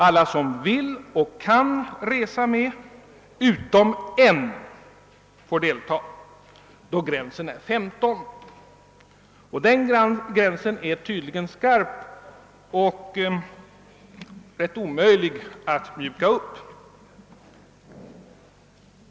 Alla som vill och kan resa med utom en får delta, då gränsen är satt vid 15 deltagare. Den gränsen är tydligen omöjlig att mjuka upp.